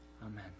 Amen